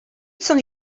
соң